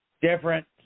different